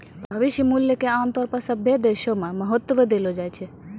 भविष्य मूल्य क आमतौर पर सभ्भे देशो म महत्व देलो जाय छै